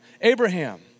Abraham